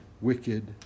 wicked